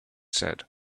said